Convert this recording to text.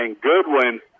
Goodwin